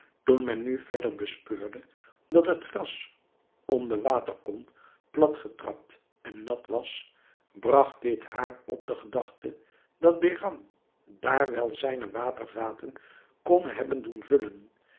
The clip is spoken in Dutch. toen men nu verder bespeurde dat het gras om de waterkom plat getrapt en nat was bragt dit haar op de gedachte dat behram daar wel zijne watervaten kon hebben doen vullen